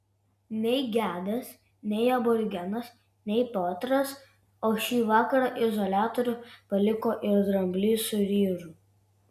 nei gedas nei aborigenas nei piotras o šį vakarą izoliatorių paliko ir dramblys su ryžu